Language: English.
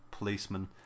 policeman